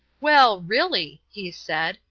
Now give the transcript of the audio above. well, really, he said,